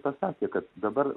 pasakė kad dabar